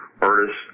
artists